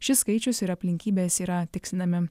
šis skaičius ir aplinkybės yra tikslinami